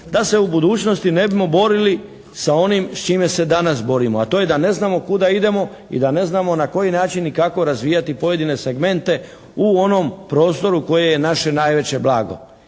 da se u budućnosti ne bimo borili sa onim sa čime se danas borimo, a to je da ne znamo kuda idemo i da ne znamo na koji način i kako razvijati pojedine segmente u onom prostoru koji je naše najveće blago.